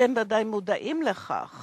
אתם ודאי מודעים לכך